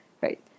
right